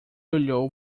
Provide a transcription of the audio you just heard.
olhou